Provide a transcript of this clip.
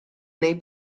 nei